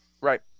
Right